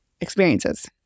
experiences